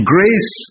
Grace